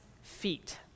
feet